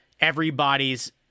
everybody's